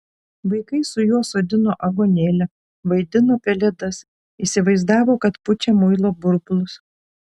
vaikai su juo sodino aguonėlę vaidino pelėdas įsivaizdavo kad pučia muilo burbulus